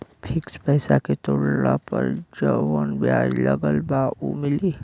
Fix पैसा के तोड़ला पर जवन ब्याज लगल बा उ मिली?